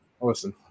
listen